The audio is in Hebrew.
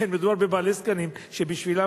מדובר בבעלי זקנים שבשבילם,